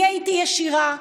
אני הייתי ישירה.